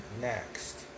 next